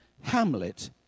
Hamlet